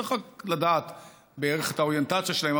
צריך רק לדעת בערך את האוריינטציה שלהם,